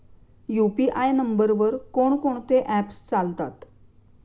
UPI नंबरवर कोण कोणते ऍप्स चालतात?